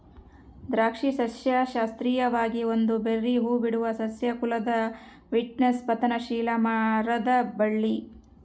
ದ್ರಾಕ್ಷಿ ಸಸ್ಯಶಾಸ್ತ್ರೀಯವಾಗಿ ಒಂದು ಬೆರ್ರೀ ಹೂಬಿಡುವ ಸಸ್ಯ ಕುಲದ ವಿಟಿಸ್ನ ಪತನಶೀಲ ಮರದ ಬಳ್ಳಿ